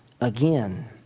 again